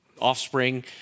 offspring